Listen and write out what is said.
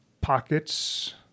pockets